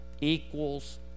equals